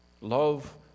love